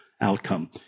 outcome